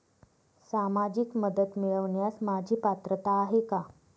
सामाजिक मदत मिळवण्यास माझी पात्रता आहे का?